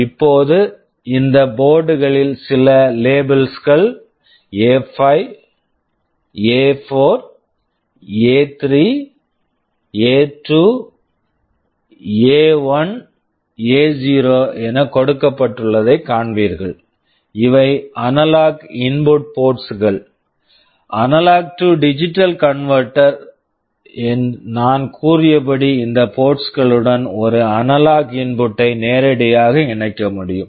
இப்போது இந்த board board ல் சில லேபிள்ஸ் labels கள் எ5 A5 எ4 A4 எ3 A3 எ2 A2 எ1 A1 எ0 A0 கொடுக்கப்பட்டுள்ளதைக் காண்பீர்கள் இவை analogue input ports analog input ports கள் A D converter AD converter நான் கூறியபடி இந்த போர்ட்ஸ் ports களுடன் ஒரு அனலாக் இன்புட் analog input ஐ நேரடியாக இணைக்க முடியும்